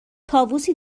طاووسی